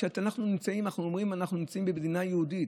אנחנו אומרים שאנחנו נמצאים במדינה יהודית.